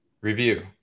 Review